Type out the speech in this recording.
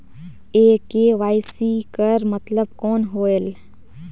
ये के.वाई.सी कर मतलब कौन होएल?